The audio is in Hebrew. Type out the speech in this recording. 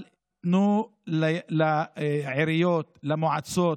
אבל תנו לעיריות, למועצות,